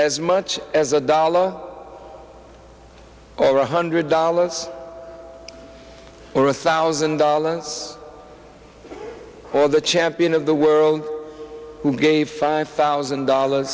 as much as a doll over one hundred dollars or a thousand dollars or the champion of the world who gave five thousand dollars